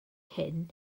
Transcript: hyn